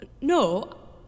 no